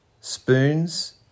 spoons